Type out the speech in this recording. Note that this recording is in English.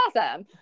awesome